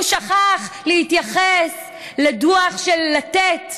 הוא שכח להתייחס לדוח של לתת,